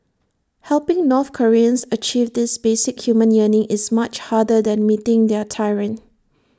helping north Koreans achieve this basic human yearning is much harder than meeting their tyrant